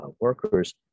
workers